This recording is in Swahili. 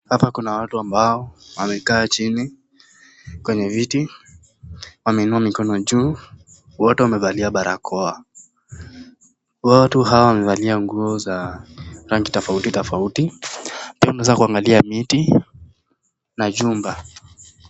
Hapa kuna watu ambao, wamekaa chini kwenye viti, wameinua mikono chuu, wote wamevaa barakoa, watu hawa wamevalia nguo za rangi tofauti tofauti, pia wameeza kuangalia miti, na jumba.